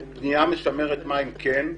לכן אני אומר שבנייה משמרת מים כן.